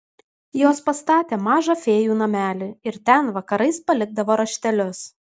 jos pastatė mažą fėjų namelį ir ten vakarais palikdavo raštelius